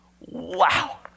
Wow